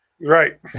Right